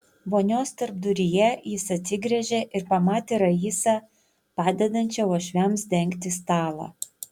vonios tarpduryje jis atsigręžė ir pamatė raisą padedančią uošviams dengti stalą